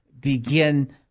begin